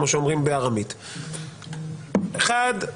דבר אחד,